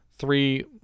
three